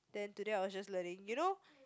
then today I was just learning you know